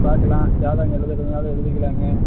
பார்க்கலாம் ஜாதகம் எழுதுறதுனாலும் எழுதிக்கலாங்க